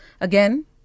Again